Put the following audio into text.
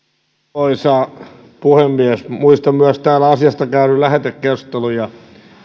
arvoisa puhemies muistan myös täällä asiasta käydyn lähetekeskustelun ja